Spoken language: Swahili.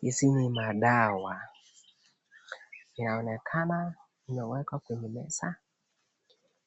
Hizi ni madawa, inaonekana imewekwa kwenye meza